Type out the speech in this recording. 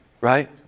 Right